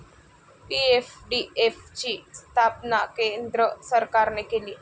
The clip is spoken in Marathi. पी.एफ.डी.एफ ची स्थापना केंद्र सरकारने केली